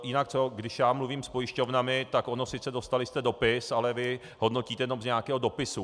Jinak když já mluvím s pojišťovnami, tak ono sice dostali jste dopis, ale vy hodnotíte jenom z nějakého dopisu.